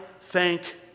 thank